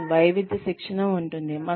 మనకు వైవిధ్య శిక్షణ ఉంటుంది